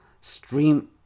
stream